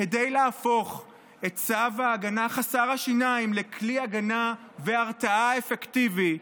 כדי להפוך את צו ההגנה חסר השיניים לכלי הגנה והרתעה אפקטיבי,